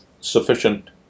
Sufficient